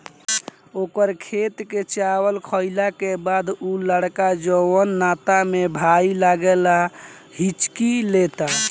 ओकर खेत के चावल खैला के बाद उ लड़का जोन नाते में भाई लागेला हिच्की लेता